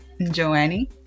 Joannie